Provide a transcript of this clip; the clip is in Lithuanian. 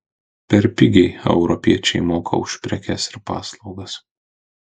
per pigiai europiečiai moka už prekes ir paslaugas